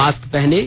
mask पहनें